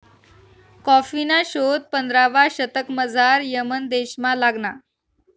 कॉफीना शोध पंधरावा शतकमझाऱ यमन देशमा लागना